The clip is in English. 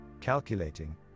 calculating